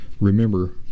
Remember